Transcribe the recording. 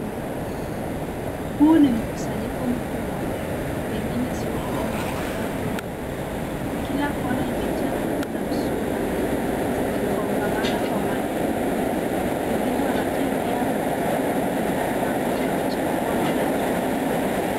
Huu ni mkusanyiko mkubwa, pengine soko au maktaba kubwa. Kila kona imejaa vitu na sura zikikongamana kwa mathumuni yao. Wengine wanatembea, wengine wamepiga kambi na kuchagua vitu.